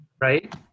Right